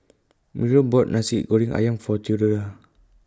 Muriel bought Nasi Goreng Ayam For Theodora